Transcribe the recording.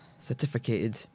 certificated